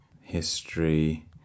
history